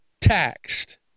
taxed